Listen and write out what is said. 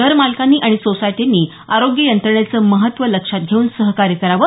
घरमालकांनी आणि सोसायट्यांनी आरोग्य यंत्रणेचे महत्व लक्षात घेऊन सहकार्य करावे